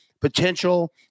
potential